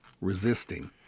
resisting